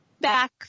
back